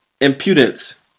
impudence